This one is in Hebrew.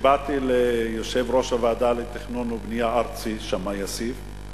כשבאתי ליושב-ראש הוועדה הארצית לתכנון ובנייה שמאי אסיף,